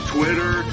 Twitter